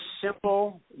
simple